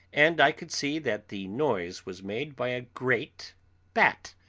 and i could see that the noise was made by a great bat,